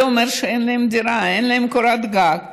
זה אומר שאין להם דירה, אין להם קורת גג,